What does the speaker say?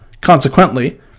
consequently